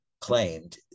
claimed